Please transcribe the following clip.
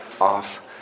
off